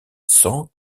sans